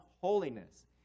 holiness